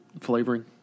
flavoring